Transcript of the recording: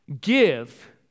give